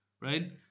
right